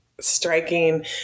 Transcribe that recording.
Striking